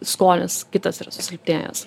skonis kitas yra susilpnėjęs